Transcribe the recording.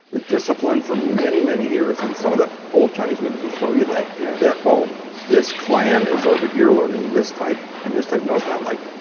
the discipline for many many years and many of the old chinese movies will show you that yeah that oh, this clan is over here learning this type and this type. no, it's not like,